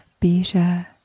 Bija